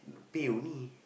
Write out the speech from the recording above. the pay only